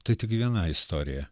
tai tik viena istorija